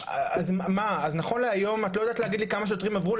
אז נכון להיום את לא יודעת להגיד לי כמה שוטרים עברו,